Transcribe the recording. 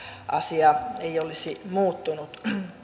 asia ei olisi muuttunut